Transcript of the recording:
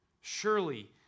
Surely